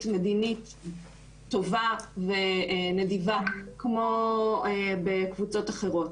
מדינית טובה ונדיבה כמו בקבוצות אחרות.